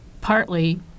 partly –